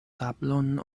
tablon